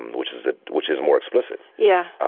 and which is that which is more explicit. yeah.